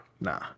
Nah